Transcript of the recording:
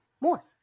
more